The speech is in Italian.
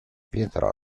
pietro